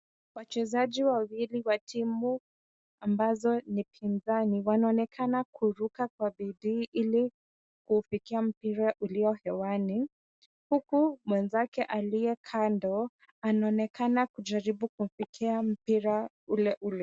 Wachezaji wawili wa timu ambazo ni pinzani, wanaonekana kuruka kwa bidii ili kufikia mpira ulio hewani, huku mwenzake aliyekando anaonekana kujaribu kufikia mpira ule ule.